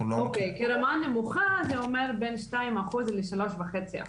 ברמה נמוכה זה אומר בין שניים לשלושה וחצי אחוזים.